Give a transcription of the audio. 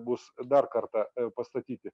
bus dar kartą pastatyti